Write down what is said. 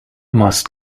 must